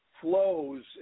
flows